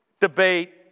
debate